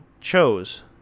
chose